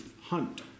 hunt